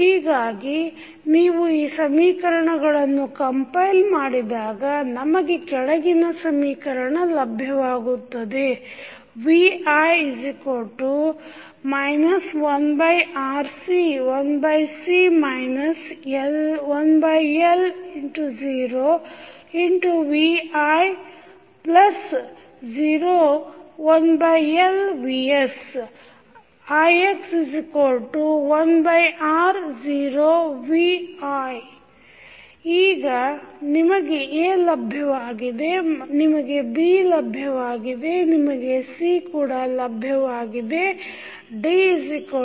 ಹೀಗಾಗಿ ನೀವು ಈ ಸಮೀಕರಣಗಳನ್ನು ಕಂಪಲ್ ಮಾಡಿದಾಗ ನಮಗೆ ಕೆಳಗಿನ ಸ್ಥಿತಿ ಸಮೀಕರಣ ಲಭ್ಯವಾಗುತ್ತದೆ v i 1RC 1C 1L 0 v i 0 1L vs ix1R 0 v i ಈಗ ನಿಮಗೆ A ಲಭ್ಯವಾಗಿದೆ ನಿಮಗೆ B ಲಭ್ಯವಾಗಿದೆ ನಿಮಗೆ C ಲಭ್ಯವಾಗಿದೆ D0